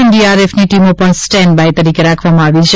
એનડીઆરએફની ટીમો પણ સ્ટેન્ડ બાય તરીકે રાખવામાં આવી છે